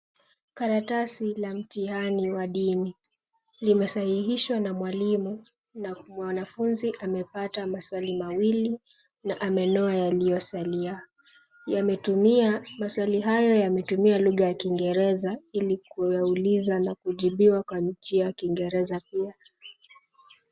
Karatasi la mtihani wa dini. Limesahihishwa na mwalimu na mwanafunzi amepata maswali mawili na amenoa yaliyosalia. Yametumia, maswali hayo yametumia lugha ya Kiingereza ili kuyauliza na kujibiwa kwa njia ya Kiingereza pia.